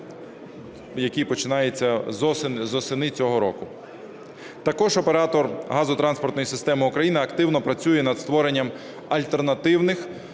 який починається восени цього року. Також Оператор газотранспортної системи України активно працює над створенням альтернативних